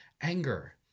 anger